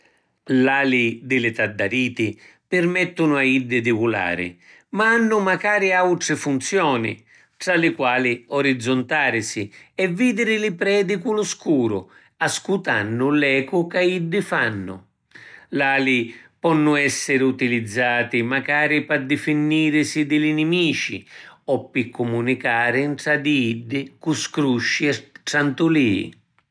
L’ali di li taddariti pirmettunu a iddi di vulari, ma hannu macari autri funzioni, tra li quali orizzontarisi e vidiri li predi cu lu scuru ascutannu l’ecu ca iddi fannu. L’ali ponnu essiri utilizzati macari p’addifinnirisi di li nimici o pi cumunicari ntra di iddi cu scrusci e trantulii.